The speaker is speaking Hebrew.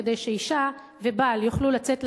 כדי שאשה ובעל יוכלו לצאת לעבוד,